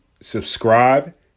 subscribe